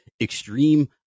extreme